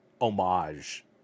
homage